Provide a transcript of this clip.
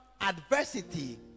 adversity